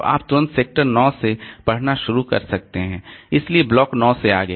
तो आप तुरंत सेक्टर 9 से पढ़ना शुरू कर सकते हैं इसलिए ब्लॉक 9 से आगे